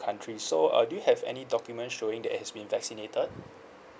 country so uh do you have any document showing that it's been vaccinated